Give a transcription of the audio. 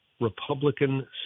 Republican